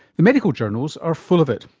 the medical journals are full of it.